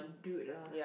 dude ah